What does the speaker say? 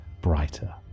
brighter